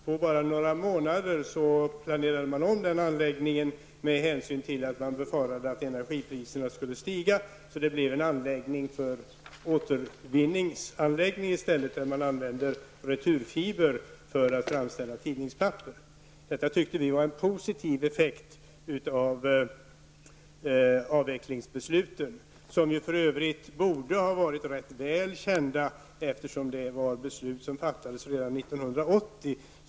På bara några månader planerade man om den anläggningen, eftersom man befarade att energipriserna skulle stiga, till en återvinningsanläggning där man använder returfibrer för att framställa tidningspapper. Vi tyckte att detta var en positiv effekt av avvecklingsbeslutet. Detta borde för övrigt ha varit ganska väl känt, eftersom beslutet fattades redan 1980.